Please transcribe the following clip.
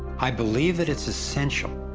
i believe that it's essential,